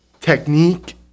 technique